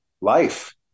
life